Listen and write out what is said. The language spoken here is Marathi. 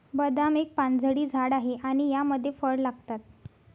बदाम एक पानझडी झाड आहे आणि यामध्ये फळ लागतात